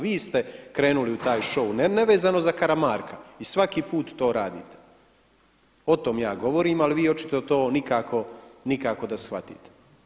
Vi ste krenuli u taj show nevezano za Karamarka i svaki put to radite, o tome ja govorim ali vi očito to nikako da shvatite.